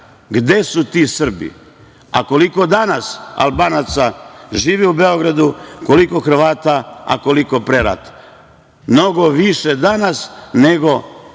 Gde su ti Srbi? Koliko danas Albanaca živi u Beogradu, koliko Hrvata, a koliko pre rata? Mnogo više danas nego